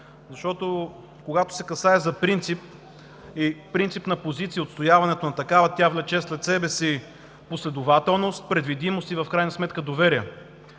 защото когато се касае за принцип и принципна позиция, отстояването на такава, тя влече след себе си последователност, предвидимост и в крайна сметка доверие.